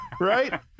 right